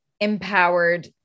empowered